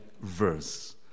verse